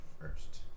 first